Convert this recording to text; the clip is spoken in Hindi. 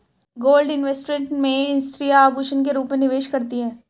गोल्ड इन्वेस्टमेंट में स्त्रियां आभूषण के रूप में निवेश करती हैं